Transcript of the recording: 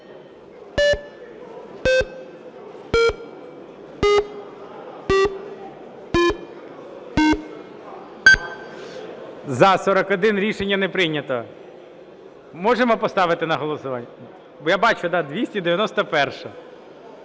За-41 Рішення не прийнято. Можемо поставити на голосування? Бо я бачу, 291-а,